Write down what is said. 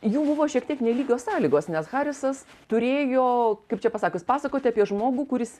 jų buvo šiek tiek nelygios sąlygos nes harisas turėjo kaip čia pasakius pasakoti apie žmogų kuris